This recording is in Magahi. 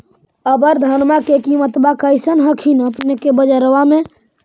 अबर धानमा के किमत्बा कैसन हखिन अपने के बजरबा में?